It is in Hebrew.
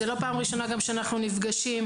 זו לא הפעם הראשונה שאנחנו נפגשים.